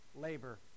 labor